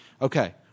Okay